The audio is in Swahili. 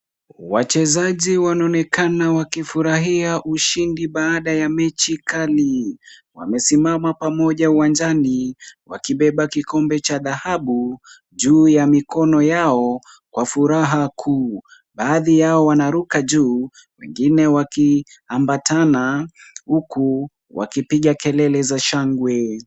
Wachezaji wanaonekana wakifurahia ushindi baada ya mechi kali. Wamesimama pamoja uwanjani wakibeba kikombe cha dhahabu, juu ya mikono yao kwa furaha kuu. Baadhi yao wanaruka juu, wengine wakiambatana huku wakipiga kelele za shangwe.